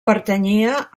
pertanyia